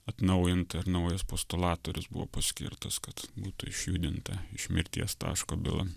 atnaujinta naujas postulatorius buvo paskirtas kad būtų išjudinta iš mirties taško byla